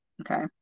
okay